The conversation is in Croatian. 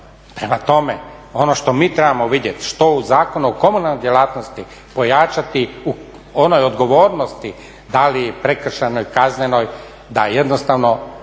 Prema tome ono što mi trebamo vidjet, što u Zakonu o komunalnoj djelatnosti, pojačati u onoj odgovornosti da li prekršajnoj, kaznenoj, da jednostavno